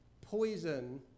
poison